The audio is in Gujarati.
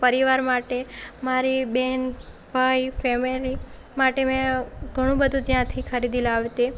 પરિવાર માટે મારી બહેન ભાઈ ફેમેલી માટે મેં ઘણું બધું ત્યાંથી ખરીદી લાવતે